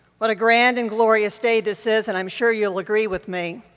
what a grand and glorious day this is and i'm sure you'll agree with me.